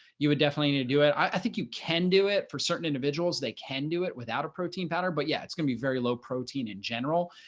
you would definitely need to do it. i think you can do it. it for certain individuals, they can do it without a protein powder. but yeah, it's gonna be very low protein in general.